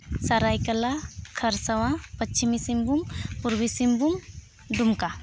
Seraikela Kharsawan Paschimi Singhbhum Purbi Singhbhum Dumka